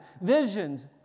Visions